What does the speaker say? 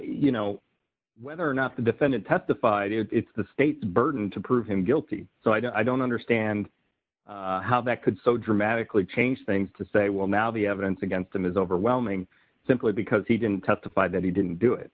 you know whether or not the defendant testified it's the state's burden to prove him guilty so i don't understand how that could so dramatically change things to say well now the evidence against them is overwhelming simply because he didn't testify that he didn't do it